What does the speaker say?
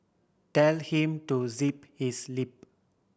tell him to zip his lip